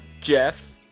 Jeff